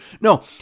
No